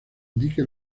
indique